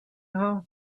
her